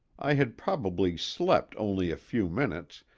i had probably slept only a few minutes,